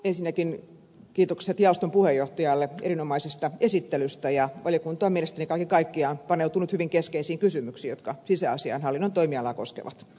ensinnäkin kiitokset jaoston puheenjohtajalle erinomaisesta esittelystä ja valiokunta on mielestäni kaiken kaikkiaan paneutunut hyvin keskeisiin kysymyksiin jotka sisäasiainhallinnon toimialaa koskevat